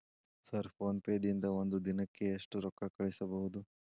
Sir PhonePe ದಿಂದ ಒಂದು ದಿನಕ್ಕೆ ಎಷ್ಟು ರೊಕ್ಕಾ ಕಳಿಸಬಹುದು?